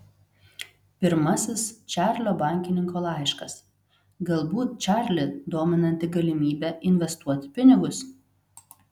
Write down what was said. pirmasis čarlio bankininko laiškas galbūt čarlį dominanti galimybė investuoti pinigus